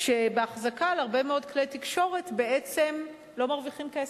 באחזקת הרבה מאוד כלי תקשורת בעצם מפסידים כסף,